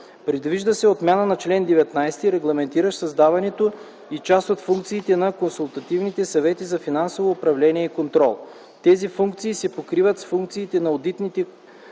Предвижда се отмяна на чл. 19, регламентиращ създаването и част от функциите на консултативните съвети за финансово управление и контрол. Тези функции се покриват с функциите на одитните комитети,